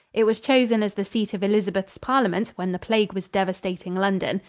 it was chosen as the seat of elizabeth's parliament when the plague was devastating london.